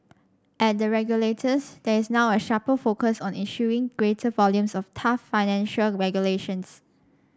at the regulators there is now a sharper focus on issuing greater volumes of tough financial regulations